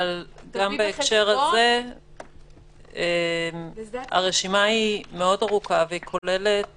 בהקשר הזה הרשימה היא מאוד ארוכה והיא כוללת